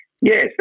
Yes